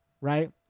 right